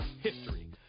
history